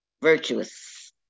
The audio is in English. Virtuous